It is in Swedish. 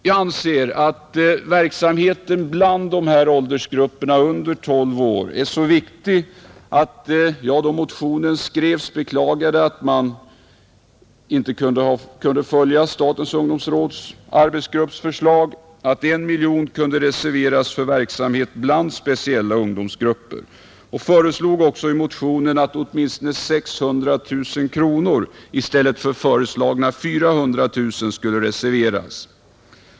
Jag anser att verksamheten bland dessa åldersgrupper under 12 år är så viktig att jag då motionen skrevs beklagade att man inte kunde följa statens ungdomsråds arbetsgrupps förslag att 1 miljon kronor skulle reserveras för verksamhet bland speciella ungdomsgrupper, och jag föreslog också i motionen att åtminstone 600 000 i stället för föreslagna 400 000 kronor skulle reserveras.